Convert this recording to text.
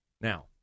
Now